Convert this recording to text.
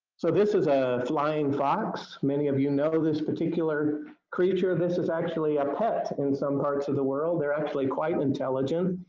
so this is a flying fox. many of you know this particular creature, this is actually a pet in some parts of the world. they are actually quite intelligent.